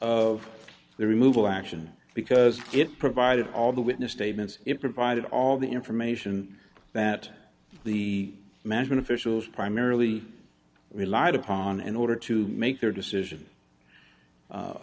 of the removal action because it provided all the witness statements it provided all the information that the management officials primarily relied upon in order to make their decision